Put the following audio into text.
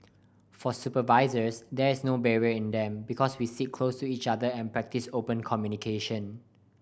for supervisors there is no barrier in them because we sit close to each other and practice open communication